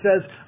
says